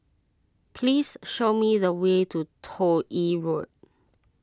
please show me the way to Toh Yi Road